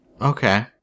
Okay